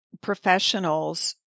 professionals